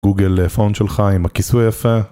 גוגל phone שלך עם הכיסוי היפה